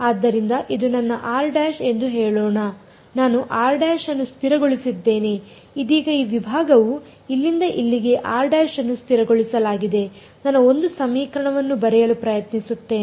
ಆದ್ದರಿಂದ ಇದು ನನ್ನ ಎಂದು ಹೇಳೋಣ ನಾನು ಅನ್ನು ಸ್ಥಿರಗೊಳಿಸಿದ್ದೇನೆ ಇದೀಗ ಈ ವಿಭಾಗವು ಇಲ್ಲಿಂದ ಇಲ್ಲಿಗೆ ಅನ್ನು ಸ್ಥಿರಗೊಳಿಸಲಾಗಿದೆ ನನ್ನ ಒಂದು ಸಮೀಕರಣವನ್ನು ಬರೆಯಲು ಪ್ರಯತ್ನಿಸುತ್ತೇನೆ